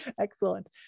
Excellent